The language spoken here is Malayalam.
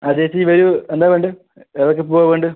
ആ ചേച്ചി വരൂ എന്താ വേണ്ടത് ഏതൊക്കെ പൂവാണ് വേണ്ടത്